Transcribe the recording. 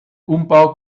umbau